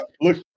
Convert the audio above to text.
look